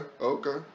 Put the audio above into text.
okay